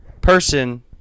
person